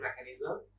mechanism